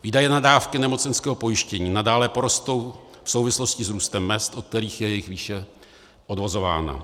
Výdaje na dávky nemocenského pojištění nadále porostou v souvislosti s růstem mezd, od kterých je jejich výše odvozována.